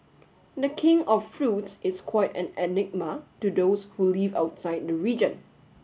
the King of Fruits is quite an enigma to those who live outside the region